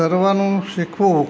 તરવાનું શીખવું